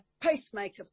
pacemaker